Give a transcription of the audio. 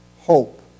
hope